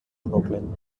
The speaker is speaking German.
brooklyn